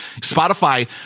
Spotify